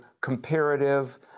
comparative